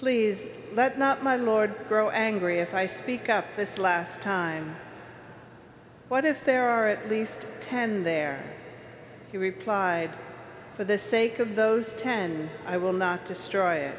please let not my lord grow angry if i speak up this last time but if there are at least ten there he replied for the sake of those ten i will not destroy